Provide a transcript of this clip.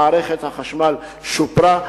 מערכת החשמל שופרה.